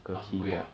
!huh! 很贵 ah